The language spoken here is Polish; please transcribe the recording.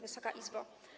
Wysoka Izbo!